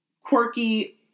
quirky